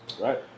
Right